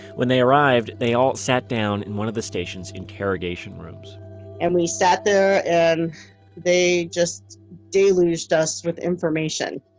when they arrived they all sat down in one of the station's interrogation rooms and we sat there and they just deluged us with information.